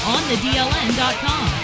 OnTheDLN.com